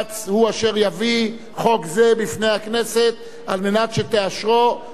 זה בפני הכנסת כדי שתאשרו בקריאה שנייה ושלישית.